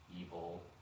evil